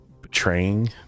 betraying